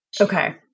Okay